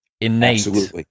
innate